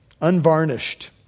unvarnished